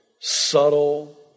subtle